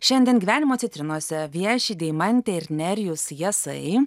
šiandien gyvenimo citrinose vieši deimantė ir nerijus jasai